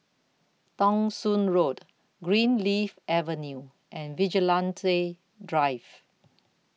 Thong Soon Road Greenleaf Avenue and Vigilante Drive